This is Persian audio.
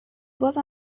باز